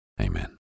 Amen